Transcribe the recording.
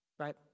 Right